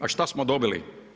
A šta smo dobili?